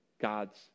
God's